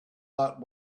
that